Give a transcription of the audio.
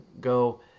go